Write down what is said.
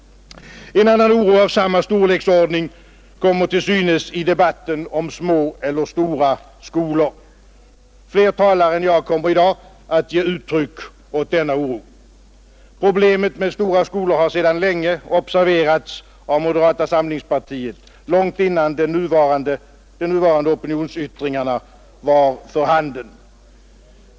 En annan oro av samma storleksordning kommer till synes i debatten om små eller stora skolor. Fler talare än jag kommer att i dag ge uttryck åt denna oro. Problemen med stora skolor har sedan länge observerats av moderata samlingspartiet, långt innan de nuvarande opinionsyttringarna var för handen.